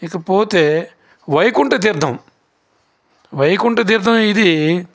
ఇకపోతే వైకుంఠ తీర్థం వైకుంఠ తీర్థం ఇది